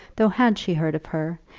though had she heard of her,